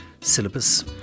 syllabus